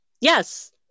yes